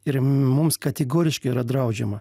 ir mums kategoriškai yra draudžiama